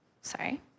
sorry